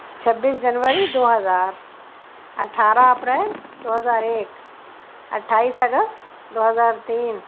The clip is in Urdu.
چھبیس جنوری دو ہزار اٹھارہ اپریل دو ہزار ایک اٹھائیس اگست دو ہزار تین